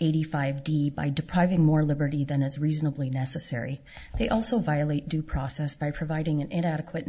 eighty five d by depriving more liberty than is reasonably necessary they also violate due process by providing an adequate